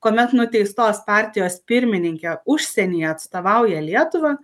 kuomet nuteistos partijos pirmininkė užsienyje atstovauja lietuvą